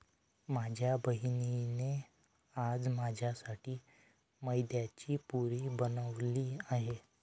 माझ्या बहिणीने आज माझ्यासाठी मैद्याची पुरी बनवली आहे